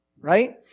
right